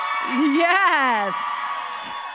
Yes